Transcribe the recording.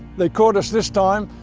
they caught us this time!